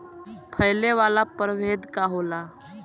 फैले वाला प्रभेद का होला?